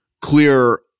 clear